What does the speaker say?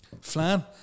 Flan